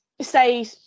say